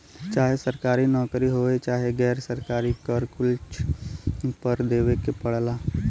चाहे सरकारी नउकरी होये चाहे गैर सरकारी कर कुल पर देवे के पड़ला